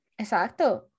exacto